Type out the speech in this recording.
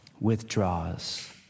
withdraws